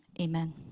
amen